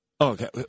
Okay